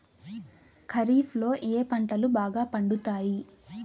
ఖరీఫ్లో ఏ పంటలు బాగా పండుతాయి?